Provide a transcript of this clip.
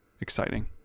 Exciting